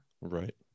Right